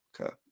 Okay